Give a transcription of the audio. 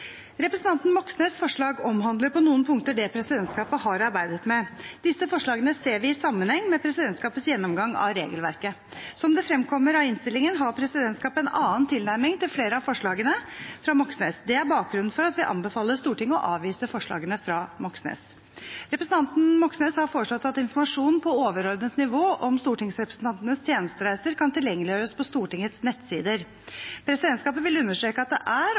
Representanten Moxnes’ forslag omhandler på noen punkter det presidentskapet har arbeidet med. Disse forslagene ser vi i sammenheng med presidentskapets gjennomgang av regelverket. Som det fremkommer av innstillingen, har presidentskapet en annen tilnærming til flere av forslagene fra Moxnes. Det er bakgrunnen for at vi anbefaler Stortinget å avvise forslagene fra Moxnes. Representanten Moxnes har foreslått at informasjon på overordnet nivå om stortingsrepresentantenes tjenestereiser kan tilgjengeliggjøres på Stortingets nettsider. Presidentskapet vil understreke at det er